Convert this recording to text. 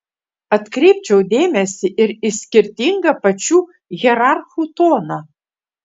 atkreipčiau dėmesį ir į skirtingą pačių hierarchų toną